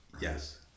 Yes